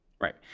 Right